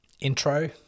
intro